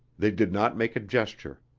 they did not make a gesture.